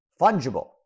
fungible